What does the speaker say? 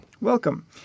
Welcome